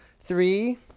Three